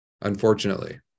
unfortunately